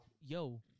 Yo